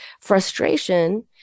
Frustration